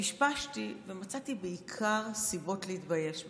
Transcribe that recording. פשפשתי ומצאתי בעיקר סיבות להתבייש בהן.